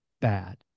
bad